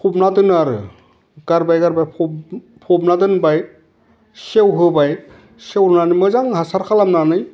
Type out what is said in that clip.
फबना दोनो आरो गारबाय गारबाय फब फबना दोनबाय सेवहोबाय सेवनानै मोजां हासार खालामनानै